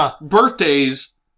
birthdays